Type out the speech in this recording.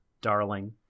darling